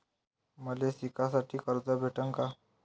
मले शिकासाठी कर्ज भेटन का?